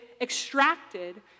extracted